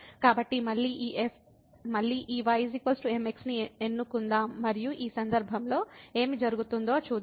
కాబట్టి మళ్ళీ ఈ y mx ని ఎన్నుకుందాం మరియు ఈ సందర్భంలో ఏమి జరుగుతుందో చూద్దాం